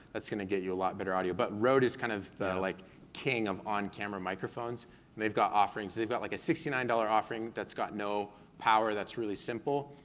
that's gonna get you a lot better audio. but rode is kind of the like king of on camera microphones. and they've got offerings, they've got like a sixty nine dollars offering that's got no power that's really simple,